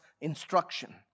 instruction